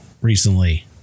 recently